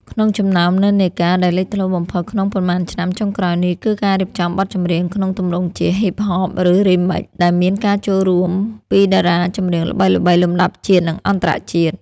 ក្នុងចំណោមនិន្នាការដែលលេចធ្លោបំផុតក្នុងប៉ុន្មានឆ្នាំចុងក្រោយនេះ គឺការរៀបចំបទចម្រៀងក្នុងទម្រង់ជា Hip-hop ឬ Remix ដែលមានការចូលរួមពីតារាចម្រៀងល្បីៗលំដាប់ជាតិ និងអន្តរជាតិ។